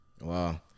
Wow